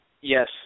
Yes